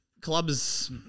clubs